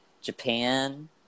Japan